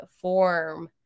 form